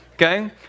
Okay